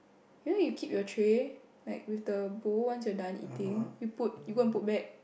you know like you keep your tray like with the bowl once you're done eating you put you go and put back